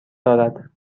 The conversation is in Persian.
دارد